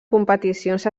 competicions